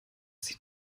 sieht